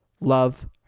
Love